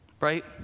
Right